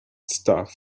stuff